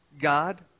God